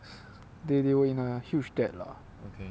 they they were in a huge debt lah